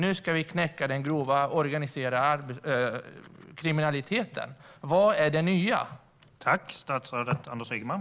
Nu ska de knäcka den grova organiserade kriminaliteten. Vad är det som är nytt?